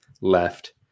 left